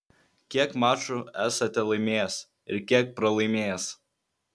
kiek mačų esate laimėjęs ir kiek pralaimėjęs